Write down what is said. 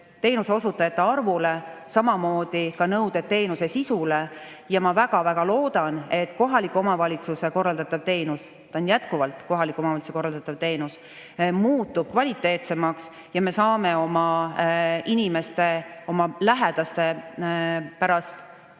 teenuseosutajate arvu kohta, samamoodi ka nõuded teenuse sisu kohta. Ma väga-väga loodan, et kohaliku omavalitsuse korraldatav teenus – see on jätkuvalt kohaliku omavalitsuse korraldatav teenus – muutub kvaliteetsemaks ja me ei pea oma inimeste, oma lähedaste pärast